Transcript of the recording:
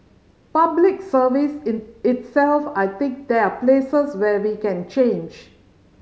Public Service in itself I think there are places where we can change